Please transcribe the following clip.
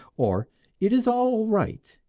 or it is all right,